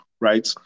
right